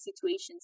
situations